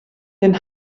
den